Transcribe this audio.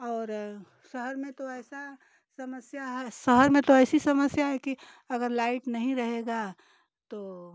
और शहर में तो ऐसा समस्या है शहर में तो ऐसी समस्या है कि अगर लाइट नहीं रहेगा तो